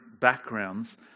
backgrounds